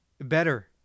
better